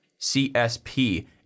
CSP